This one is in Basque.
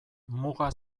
muga